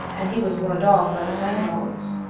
and he was warned off' by the sentinels.